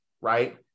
right